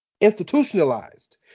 institutionalized